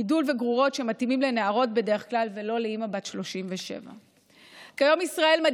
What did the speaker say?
גידול וגרורות שמתאימים בדרך כלל לנערות ולא לאימא בת 37. כיום ישראלים